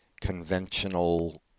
conventional